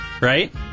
right